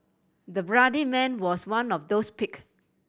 the bloodied man was one of those picked